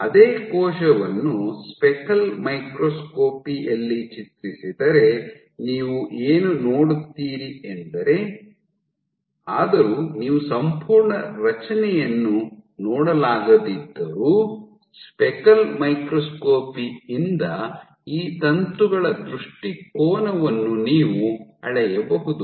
ಅದೇ ಕೋಶವನ್ನು speckle microscopy ಯಲ್ಲಿ ಚಿತ್ರಿಸಿದರೆ ನೀವು ಏನು ನೋಡುತ್ತೀರಿ ಎಂದರೆ ಆದರೂ ನೀವು ಸಂಪೂರ್ಣ ರಚನೆಯನ್ನು ನೋಡಲಾಗದಿದ್ದರು ಸ್ಪೆಕಲ್ ಮೈಕ್ರೋಸ್ಕೋಪಿ ಯಿಂದ ಈ ತಂತುಗಳ ದೃಷ್ಟಿಕೋನವನ್ನು ನೀವು ಅಳೆಯಬಹುದು